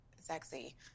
sexy